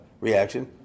reaction